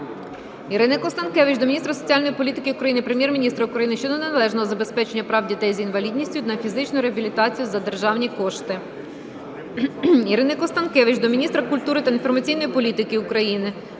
Ірини Констанкевич до міністра соціальної політики України, Прем'єр-міністра України щодо неналежного забезпечення прав дітей з інвалідністю на фізичну реабілітацію за державні кошти. Ірини Констанкевич до міністра культури та інформаційної політики України,